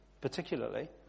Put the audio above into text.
particularly